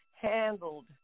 handled